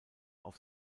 auf